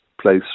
place